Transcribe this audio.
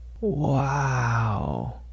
Wow